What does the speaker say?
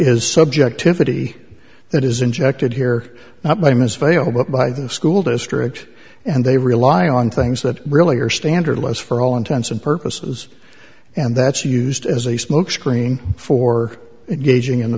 is subjectivity that is injected here by ms failed up by the school district and they rely on things that really are standard less for all intents and purposes and that's used as a smokescreen for engaging in the